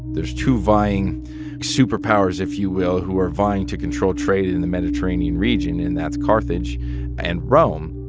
there's two vying superpowers, if you will, who are vying to control trade in the mediterranean region. and that's carthage and rome